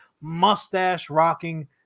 mustache-rocking